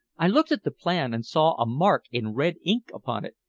i looked at the plan, and saw a mark in red ink upon it.